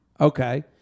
Okay